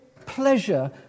pleasure